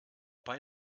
bei